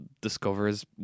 discovers